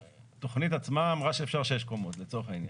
והתוכנית עצמה אמרה שאפשר שש קומות לצורך העניין.